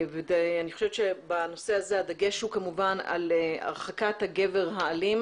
אני חושבת שבנושא הזה הדגש הוא כמובן הרחקת הגבר האלים